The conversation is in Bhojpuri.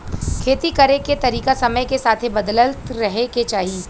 खेती करे के तरीका समय के साथे बदलत रहे के चाही